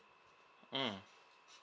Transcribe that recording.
mm